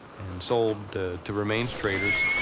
and sold to remains traders.